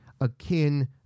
akin